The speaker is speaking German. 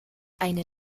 eine